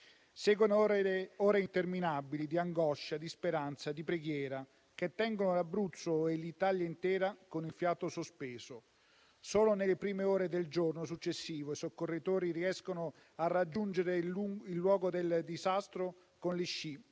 Seguono ore interminabili di angoscia, di speranza, di preghiera, che tengono l'Abruzzo e l'Italia intera con il fiato sospeso. Solo nelle prime ore del giorno successivo i soccorritori riescono a raggiungere il lungo del disastro con gli sci,